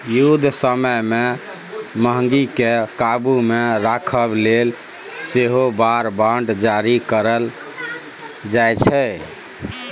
युद्ध समय मे महगीकेँ काबु मे राखय लेल सेहो वॉर बॉड जारी कएल जाइ छै